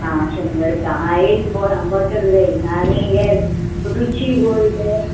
आं शंबर रुपया आं एक बो बोटल जायी आनी हे रुची गोल्ड तें